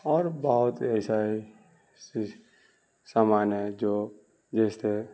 اور بہت ایسا ہے سامان ہے جو جیسے